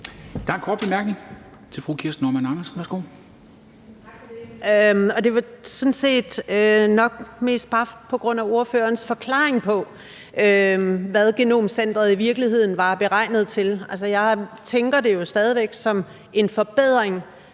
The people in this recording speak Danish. Andersen. Værsgo. Kl. 13:18 Kirsten Normann Andersen (SF): Tak for det. Det var nok mest bare på grund af ordførerens forklaring på, hvad genomcenteret i virkeligheden var beregnet til. Altså, jeg tænker det jo stadig væk som en forbedring